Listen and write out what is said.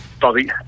Bobby